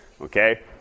Okay